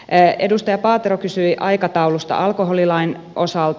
edustaja paatero kysyi aikataulusta alkoholilain osalta